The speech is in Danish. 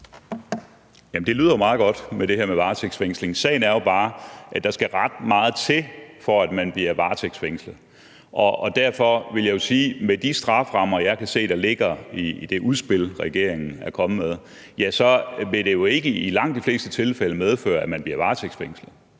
lyder jo meget godt. Sagen er jo bare, at der skal ret meget til, for at man bliver varetægtsfængslet. Derfor vil jeg jo sige, at med de strafferammer, jeg kan se ligger i det udspil, regeringen er kommet med, vil det jo i langt de fleste tilfælde ikke medføre, at man bliver varetægtsfængslet.